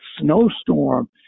snowstorm